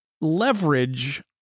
leverage